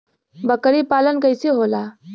बकरी पालन कैसे होला?